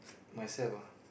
myself lah